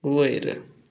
वयर